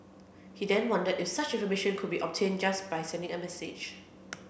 he then wondered if such information could be obtained just by sending a message